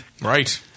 Right